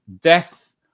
death